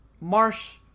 marsh